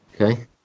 Okay